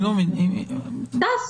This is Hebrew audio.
טס,